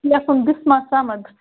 لیٚکھُن بِسماہ صمد